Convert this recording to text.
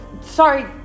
Sorry